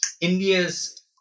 India's